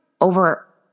over